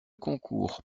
concours